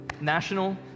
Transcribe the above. national